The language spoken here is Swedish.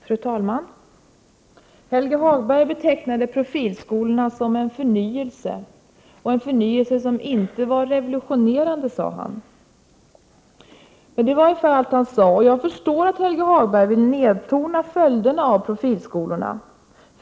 Fru talman! Helge Hagberg betecknade profilskolorna som en förnyelse — och en förnyelse som inte var revolutionerande, sade han. Det var ungefär allt han sade. Jag förstår att Helge Hagberg vill nedtona följderna av profilskolorna.